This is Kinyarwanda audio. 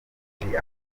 bwinshi